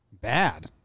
bad